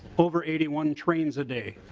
over eighty one trains a day.